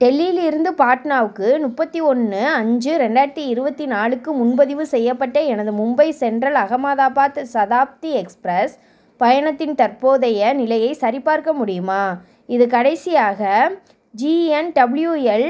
டெல்லியிலிருந்து பாட்னாவுக்கு முப்பத்தி ஒன்று அஞ்சு ரெண்டாயிரத்தி இருபத்தி நாலுக்கு முன்பதிவு செய்யப்பட்ட எனது மும்பை சென்ட்ரல் அகமதாபாத் சதாப்தி எக்ஸ்பிரஸ் பயணத்தின் தற்போதைய நிலையைச் சரிபார்க்க முடியுமா இது கடைசியாக ஜிஎன்டபுள்யூஎல்